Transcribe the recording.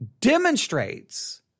demonstrates